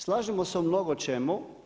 Slažemo se u mnogo čemu.